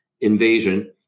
invasion